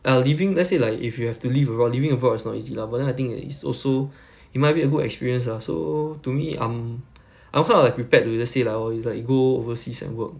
err living let's say like if you have to live abroad living abroad is not easy ah but then I think it's also it might be a good experience lah so to me I'm I'm quite like prepared to just say like oh it's like you go overseas and work